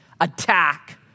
attack